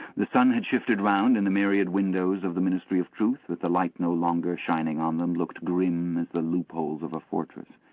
the sun had shifted round, and the myriad windows of the ministry of truth, with the light no longer shining on them, looked grim as the loopholes of a fortress.